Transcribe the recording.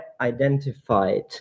identified